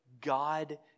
God